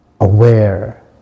Aware